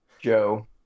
Joe